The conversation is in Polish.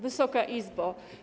Wysoka Izbo!